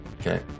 okay